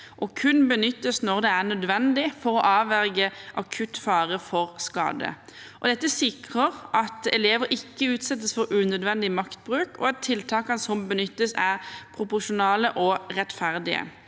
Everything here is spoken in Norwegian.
og kun benyttes når det er nødvendig for å avverge akutt fare for skade. Dette sikrer at elever ikke utsettes for unødvendig maktbruk, og at tiltakene som benyttes, er proporsjonale og rettferdige.